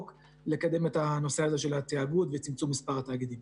לקדם את הנושא הזה של התאגוד וצמצום מספר התאגידים.